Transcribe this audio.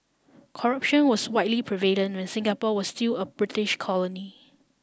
corruption was widely prevalent when Singapore was still a British colony